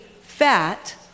fat